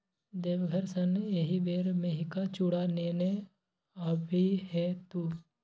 देवघर सँ एहिबेर मेहिका चुड़ा नेने आबिहे तु